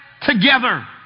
together